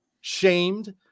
shamed